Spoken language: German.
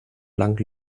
blank